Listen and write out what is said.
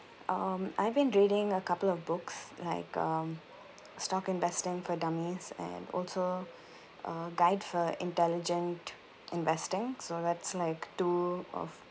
um I've been reading a couple of books like um stock investing for dummies and also uh guide for intelligent investing so that's like two of